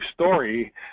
story